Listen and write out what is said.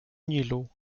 nilu